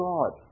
God